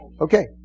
Okay